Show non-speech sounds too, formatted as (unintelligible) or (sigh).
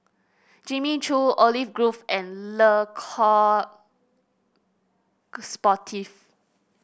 Jimmy Choo Olive Grove and Le Coq (unintelligible) Sportif